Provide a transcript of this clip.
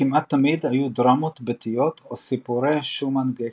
כמעט תמיד היו דרמות ביתיות או סיפורי שומאן-גקי.